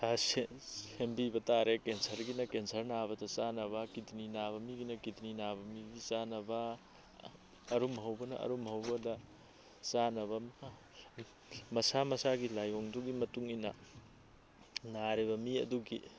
ꯁꯦꯝꯕꯤꯕ ꯇꯥꯔꯦ ꯀꯦꯟꯁꯔꯒꯤꯅ ꯀꯟꯁꯔ ꯅꯥꯕꯗ ꯆꯥꯅꯕ ꯀꯤꯇꯤꯅꯤ ꯅꯥꯕ ꯃꯤꯒꯤꯅ ꯀꯤꯇꯤꯅꯤ ꯅꯥꯕ ꯃꯤꯒꯤ ꯆꯥꯅꯕ ꯑꯔꯨꯝ ꯍꯧꯕꯅ ꯑꯔꯨꯝ ꯍꯧꯕꯗ ꯆꯥꯅꯕ ꯃꯁꯥ ꯃꯁꯥꯒꯤ ꯂꯥꯏꯌꯣꯡꯗꯨꯒꯤ ꯃꯇꯨꯡꯏꯟꯅ ꯅꯥꯔꯤꯕ ꯃꯤ ꯑꯗꯨꯒꯤ